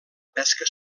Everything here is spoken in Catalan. pesca